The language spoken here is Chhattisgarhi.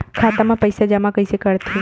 खाता म पईसा कइसे जमा करथे?